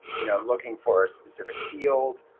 you know looking for a specific field